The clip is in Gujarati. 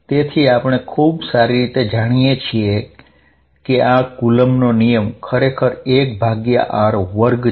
તેથી આપણે ખૂબ સારી રીતે જાણીએ છીએ કે આ કૂલંમ્બનો નિયમ ખરેખર 1r2 છે